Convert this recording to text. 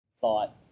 thought